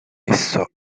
esso